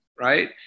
right